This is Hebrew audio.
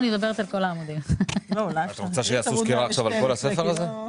את רוצה שיעשו סקירה על כל הספר הזה?